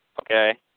okay